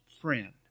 friend